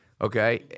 Okay